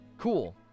cool